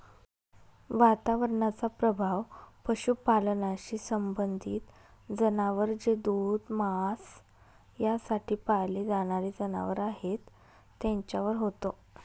वातावरणाचा प्रभाव पशुपालनाशी संबंधित जनावर जे दूध, मांस यासाठी पाळले जाणारे जनावर आहेत त्यांच्यावर होतो